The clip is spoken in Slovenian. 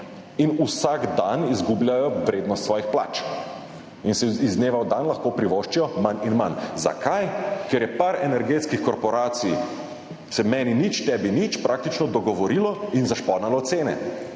in vsak dan izgubljajo vrednost svojih plač in si iz dneva v dan lahko privoščijo manj in manj. Zakaj? Ker se je par energetskih korporacij, meni nič tebi nič, praktično dogovorilo in zašponalo cene.